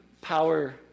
power